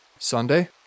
Sunday